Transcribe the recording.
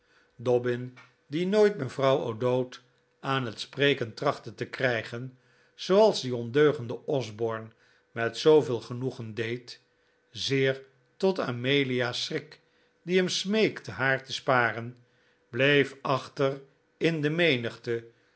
die nooit mevrouw o'dowd aan het spreken trachtte te krijgen zooals die ondeugende osborne met zooveel genoegen deed zeer tot amelia's schrik die hem smeekte haar te sparen bleef achter in de menigte